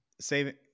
Saving